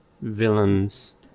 villains